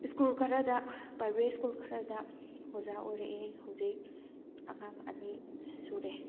school ꯈꯔꯗ private school ꯈꯔꯗ ꯑꯣꯖꯥ ꯑꯣꯏꯔꯛꯑꯦ ꯍꯧꯖꯤꯛ ꯑꯉꯥꯡ ꯑꯅꯤ ꯁꯨꯔꯦ